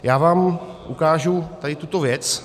Já vám ukážu tady tuto věc.